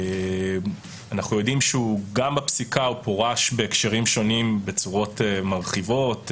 אנחנו יודעים שגם בפסיקה הוא פורש בהקשרים שונים בצורות מרחיבות,